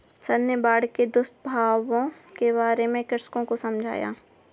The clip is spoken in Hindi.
सर ने बाढ़ के दुष्प्रभावों के बारे में कृषकों को समझाया